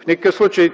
в никакъв случай